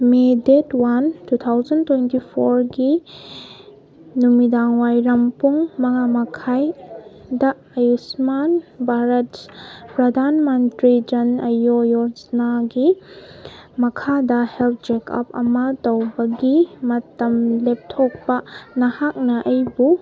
ꯃꯦ ꯗꯦꯗ one two thousand twenty ꯐꯣꯔꯒꯤ ꯅꯨꯃꯤꯗꯥꯡ ꯋꯥꯏꯔꯝ ꯄꯨꯡ ꯃꯉꯥ ꯃꯈꯥꯏꯗ ꯑꯌꯨꯁꯃꯥꯟ ꯚꯥꯔꯠ ꯄ꯭ꯔꯗꯥꯟ ꯃꯟꯇ꯭ꯔꯤ ꯖꯟ ꯑꯌꯣ ꯌꯣꯖꯥꯅꯥꯒꯤ ꯃꯈꯥꯗ ꯍꯦꯜꯠ ꯆꯦꯛꯀꯞ ꯑꯃ ꯇꯧꯕꯒꯤ ꯃꯇꯝ ꯂꯦꯞꯊꯣꯛꯄ ꯅꯍꯥꯛꯅ ꯑꯩꯕꯨ